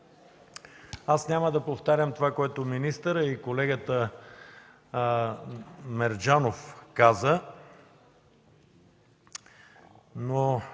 Няма да повтарям това, което министърът и колегата Мерджанов казаха, но